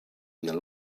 been